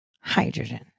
hydrogen